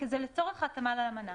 זה לצורך ההתאמה לאמנה.